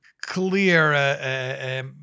clear